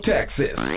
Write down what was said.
Texas